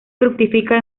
fructifica